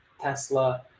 tesla